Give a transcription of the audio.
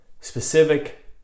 specific